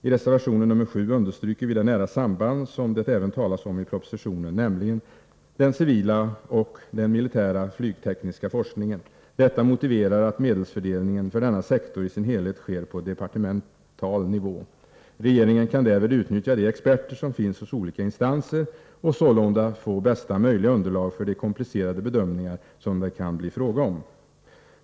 I reservation 7 understryker vi det nära samband som det även talas om i propositionen, nämligen mellan den civila och den militära flygtekniska forskningen. Detta motiverar att medelsfördelningen för denna sektor i sin helhet sker på departemental nivå. Regeringen kan därvid utnyttja de experter som finns hos olika instanser och sålunda få bästa möjliga underlag för de komplicerade bedömningar som det kan bli fråga om.